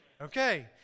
Okay